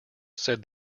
said